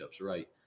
right